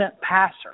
passer